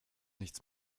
nichts